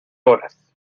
horas